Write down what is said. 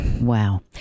Wow